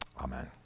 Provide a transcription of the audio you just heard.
Amen